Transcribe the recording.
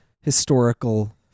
historical